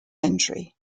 entry